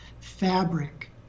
fabric